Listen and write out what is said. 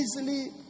easily